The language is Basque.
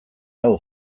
hau